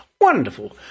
wonderful